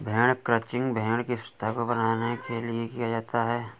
भेड़ क्रंचिंग भेड़ की स्वच्छता को बनाने के लिए किया जाता है